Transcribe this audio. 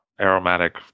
aromatic